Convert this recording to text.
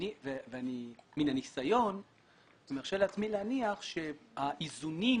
מהניסיון אני מרשה לעצמי להניח שהאיזונים